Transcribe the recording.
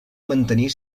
mantenir